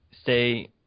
stay